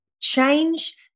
Change